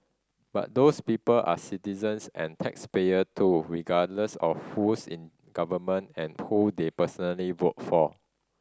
but those people are citizens and taxpayer too regardless of who's in government and who they personally voted for